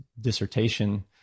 dissertation